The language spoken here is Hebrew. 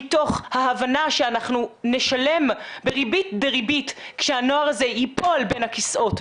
מתוך ההבנה שאנחנו נשלם בריבית דריבית כשהנוער הזה ייפול בין הכסאות,